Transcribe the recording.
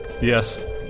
Yes